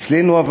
אבל אצלנו,